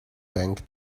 bank